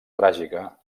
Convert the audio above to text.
tràgica